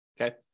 Okay